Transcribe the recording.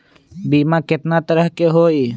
बीमा केतना तरह के होइ?